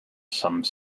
some